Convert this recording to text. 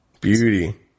Beauty